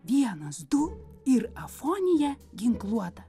vienas du ir afonija ginkluota